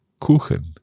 Kuchen